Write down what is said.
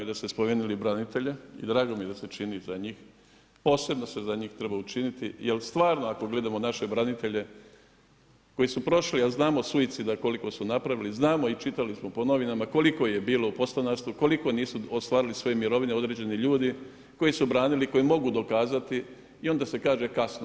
Drago mi je da ste spomenuli branitelje i drago mi je da se čini za njih, posebno se za njih treba učiniti jel stvarno ako gledamo naše branitelje koji su prošli, a znamo suicida koliko su napravili, znamo i čitali smo po novinama koliko ih je bilo u podstanarstvu, koliko nisu ostvarili svoje mirovine određeni ljudi koji su branili, koji mogu dokazati i onda se kaže kasno.